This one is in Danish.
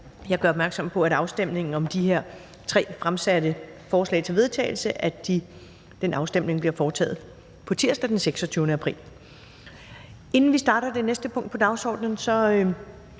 Jeg gør opmærksom på, at afstemningen om de her tre fremsatte forslag til vedtagelse bliver foretaget på tirsdag den 26. april 2022. Inden vi starter det næste punkt på dagsordenen, vil